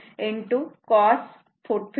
47 cos 59